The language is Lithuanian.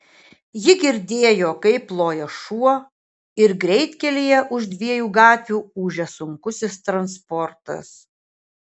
ji girdėjo kaip loja šuo ir greitkelyje už dviejų gatvių ūžia sunkusis transportas